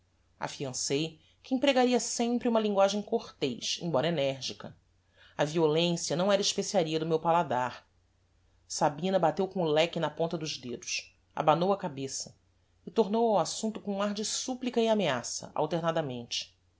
philosophica afiancei que empregaria sempre uma linguagem cortez embora energica a violencia não era especiaria do meu paladar sabina bateu com o leque na ponta dos dedos abanou a cabeça e tornou ao assumpto com um ar de supplica e ameaça alternadamente